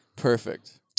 Perfect